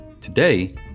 Today